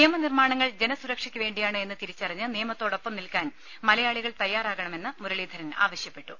നിയമനിർമ്മാണങ്ങൾ ജന സുരക്ഷയ്ക്കു വേണ്ടിയാണ് എന്ന് തിരിച്ചറിഞ്ഞ് നിയമത്തോടൊപ്പം നിൽക്കാൻ മലയാളികൾ തയ്യാറാകണമെന്ന് മുരളീധരൻ ആവശ്യപ്പെട്ടു